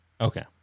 okay